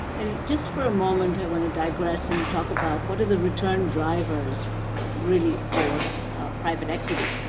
and just for a moment, i want to digress and talk about what are the return drivers really for private equity.